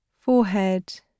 forehead